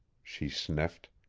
she sniffed.